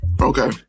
Okay